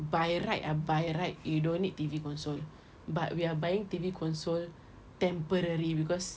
by right ah by right you don't need T_V console but we are buying T_V console temporary because